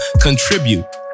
contribute